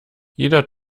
jeder